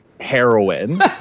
heroin